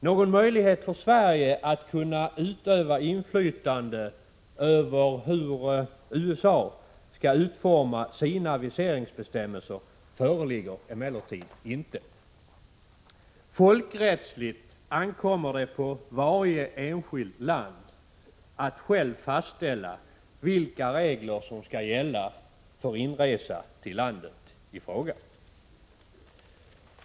Någon möjlighet för Sverige att kunna utöva inflytande över hur USA skall utforma sina viseringsbestämmelser föreligger emellertid inte. Folkrättsligt ankommer det på varje enskilt land att självt fastställa vilka regler som skall gälla för inresa till landet i fråga.